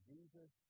Jesus